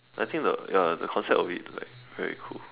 I think the ya the concept of it like very cool